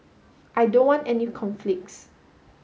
I don't want any conflicts